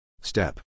Step